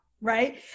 right